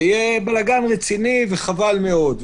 יהיה בלגאן רציני, וחבל מאוד.